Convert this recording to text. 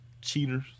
cheaters